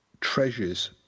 treasures